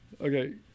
Okay